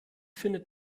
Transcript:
findet